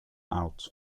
out